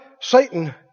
Satan